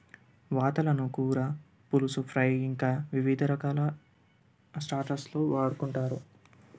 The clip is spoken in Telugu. వాతలను కూర పులుసు ఫ్రై ఇంకా వివిధ రకాల స్టాటస్లు వాడుకుంటారు